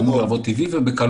זה אמור לעבוד טבעי ובקלות